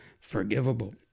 forgivable